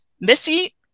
Missy